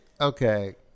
Okay